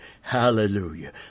Hallelujah